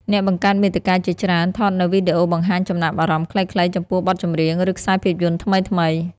អ្នកបង្កើតមាតិកាជាច្រើនថតនូវវីដេអូបង្ហាញចំណាប់អារម្មណ៍ខ្លីៗចំពោះបទចម្រៀង ឬ ខ្សែភាពយន្តថ្មីៗ។